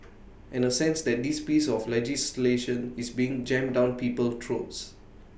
and A sense that this piece of legislation is being jammed down people throats